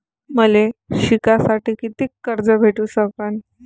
मले शिकासाठी कितीक कर्ज भेटू सकन?